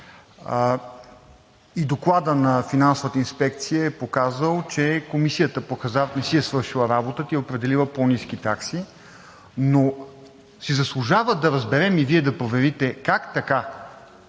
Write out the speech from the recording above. И докладът на Финансовата инспекция е показал, че Комисията по хазарта не си е свършила работата и е определила по-ниски такси, но си заслужава да разберем, и Вие да проверите: как така